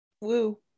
Woo